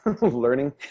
learning